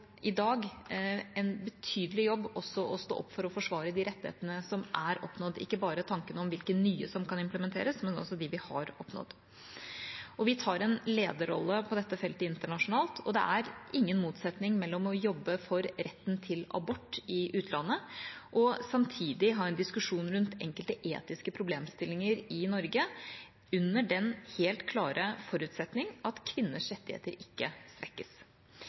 i dag en betydelig jobb å stå opp for å forsvare de rettighetene som er oppnådd – ikke bare tanken om hvilke nye som kan implementeres, men også de vi har oppnådd. Vi tar en lederrolle på dette feltet internasjonalt, og det er ingen motsetning mellom å jobbe for retten til abort i utlandet og samtidig ha en diskusjon rundt enkelte etiske problemstillinger i Norge – under den helt klare forutsetning at kvinners rettigheter ikke svekkes.